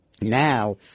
now